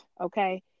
okay